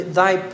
thy